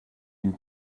une